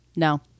No